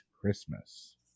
Christmas